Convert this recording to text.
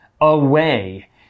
away